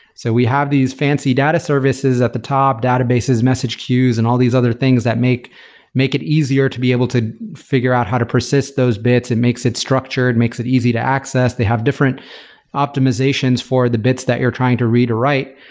so we have these fancy data services at the top, databases, message queues and all these other things that make make it easier to be able to figure out how to persist those bits and makes it structured, makes it easy to access. they have different optimizations for the bits that you're trying to read or write.